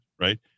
right